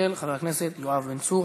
של חבר הכנסת יואב בן צור.